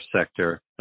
sector